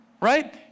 Right